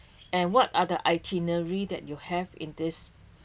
and what are the itinerary that you have in this